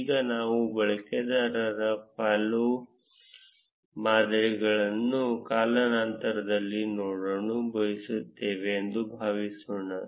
ಈಗ ನಾವು ಬಳಕೆದಾರರ ಫಾಲೋ ಮಾದರಿಗಳನ್ನು ಕಾಲಾನಂತರದಲ್ಲಿ ನೋಡಲು ಬಯಸುತ್ತೇವೆ ಎಂದು ಭಾವಿಸೋಣ